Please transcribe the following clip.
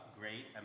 great